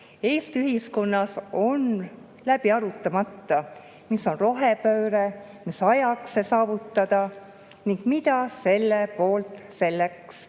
Eesti ühiskonnas on läbi arutamata, mis on rohepööre, mis ajaks see saavutada ning mida selleks ja kelle